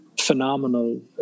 phenomenal